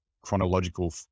chronological